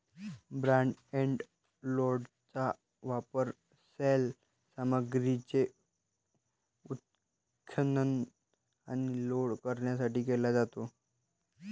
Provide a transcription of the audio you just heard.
front end लोडरचा वापर सैल सामग्रीचे उत्खनन आणि लोड करण्यासाठी केला जातो